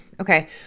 Okay